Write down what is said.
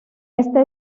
esta